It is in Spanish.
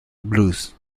blues